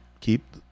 keep